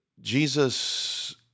Jesus